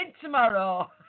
tomorrow